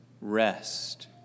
rest